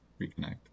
reconnect